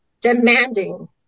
demanding